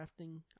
crafting